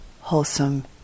wholesome